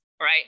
right